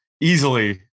easily